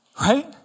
Right